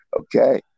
Okay